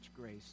grace